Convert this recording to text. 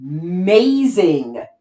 amazing